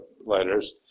letters